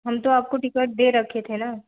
हम तो आपको टिकट दे रखे थे ना